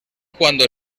cuando